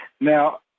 Now